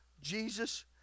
Jesus